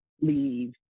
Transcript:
leave